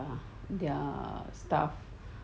ah their staff